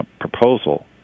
proposal